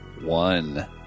one